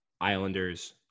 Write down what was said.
Islanders